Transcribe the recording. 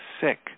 sick